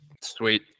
sweet